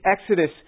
Exodus